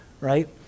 right